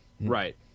right